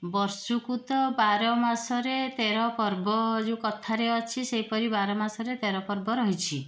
ବର୍ଷକୁ ତ ବାରମାସରେ ତେରପର୍ବ ଯେଉଁ କଥାରେ ଅଛି ସେହିପରି ବାରମାସରେ ତେର ପର୍ବ ରହିଛି